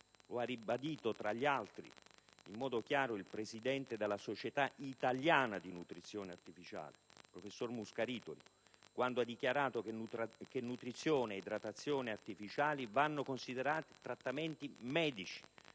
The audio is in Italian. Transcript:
Lo ha ribadito, tra gli altri, in modo chiaro, il presidente della Società italiana di nutrizione artificiale professor Muscaritoli, quando ha dichiarato che nutrizione e idratazione artificiali vanno considerate trattamenti medici